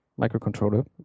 microcontroller